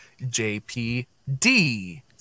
JPD